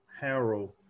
Harold